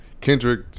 Kendrick